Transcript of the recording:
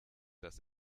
dass